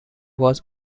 was